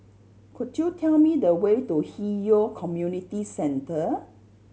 could you tell me the way to Hwi Yoh Community Centre